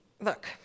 Look